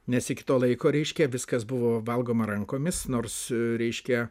nes iki to laiko reiškia viskas buvo valgoma rankomis nors reiškia